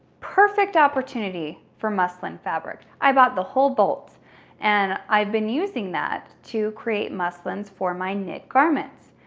perfect opportunity for muslin fabric. i bought the whole bolt and i've been using that to create muslins for my knit garments.